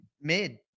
mid